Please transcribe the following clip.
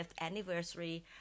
anniversary